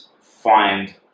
find